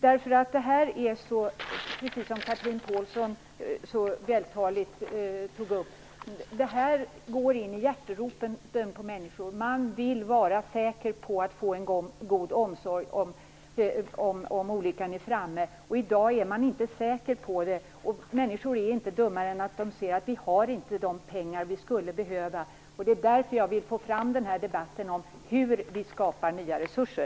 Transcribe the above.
Det här går, som Chatrine Pålsson så vältaligt tog upp, in i hjärteroten på människor. Man vill vara säker på att få en god omsorg om olyckan är framme. I dag är man inte säker på det. Människorna är inte dummare än att de ser att vi inte har de pengar som vi skulle behöva. Det är därför som jag vill få fram en debatt om hur vi skapar nya resurser.